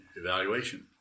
evaluation